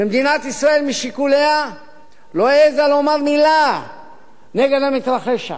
שמדינת ישראל משיקוליה לא העזה לומר מלה נגד המתרחש שם.